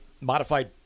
modified